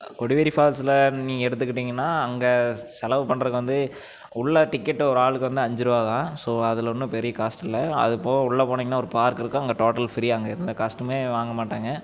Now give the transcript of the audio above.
கொடிவேரி ஃபால்ஸில் நீங்கள் எடுத்துகிட்டீங்கன்னா அங்ககே செலவு பண்ணுறதுக்கு வந்து உள்ளே டிக்கெட் ஒரு ஆளுக்கு வந்து அஞ்சு ரூவா தான் ஸோ அதில் ஒன்றும் பெரிய காஸ்ட் இல்லை அதுபோக உள்ளே போனீங்கன்னா ஒரு பார்க் இருக்கும் அங்கே டோட்டல் ஃப்ரீ அங்கே எந்த காஸ்ட்டும் வாங்க மாட்டாங்க